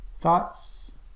thoughts